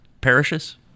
parishes